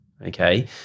Okay